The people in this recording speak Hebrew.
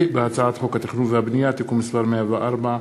ובהצעת חוק התכנון והבנייה (תיקון מס' 104),